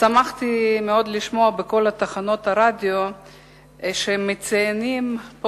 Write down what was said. שמחתי מאוד לשמוע בכל תחנות הרדיו שמציינים פה,